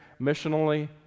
missionally